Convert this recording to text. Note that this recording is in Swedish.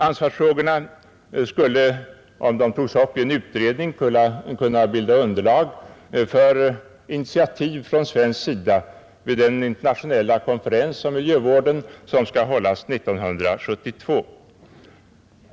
Ansvarsfrågorna skulle, om de togs upp i en utredning, kunna bilda underlag för initiativ från svensk sida vid den internationella konferens om miljövården som skall hållas 1972.